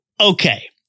okay